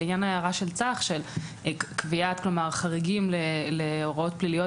לעניין ההערה של צח לגבי קביעת חריגים להוראות פליליות